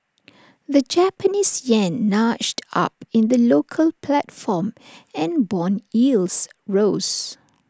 the Japanese Yen nudged up in the local platform and Bond yields rose